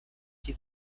தவிர